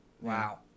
wow